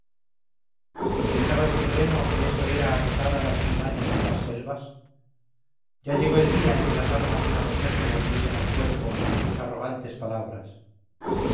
pensabas tirreno que esto era acosar a las alimañas en las selvas ya llegó el día en que las armas de una mujer te volviesen al cuerpo tus arrogantes palabras